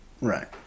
Right